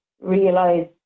realize